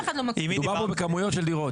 מדובר פה בכמויות של דירות.